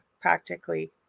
practically